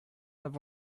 avant